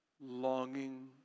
longing